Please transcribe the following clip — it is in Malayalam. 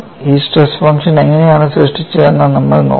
ഈ സ്ട്രെസ് ഫംഗ്ഷൻ എങ്ങനെയാണ് സൃഷ്ടിച്ചതെന്ന് നമ്മൾ നോക്കണം